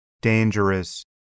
dangerous